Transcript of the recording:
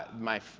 my,